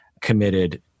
committed